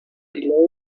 below